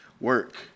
work